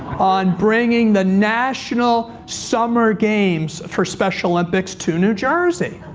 on bringing the national summer games for special olympics to new jersey.